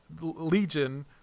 legion